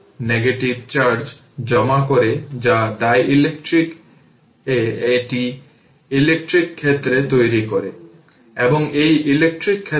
সুতরাং এটি পাওয়ার 6 v t এর 10 মানে q q এর r ইউনিট হল কুলম্ব